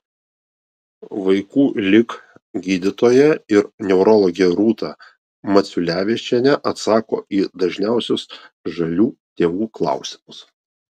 vaikų lig gydytoja ir neurologė rūta maciulevičienė atsako į dažniausius žalių tėvų klausimus